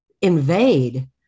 invade